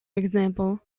example